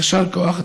יישר כוח.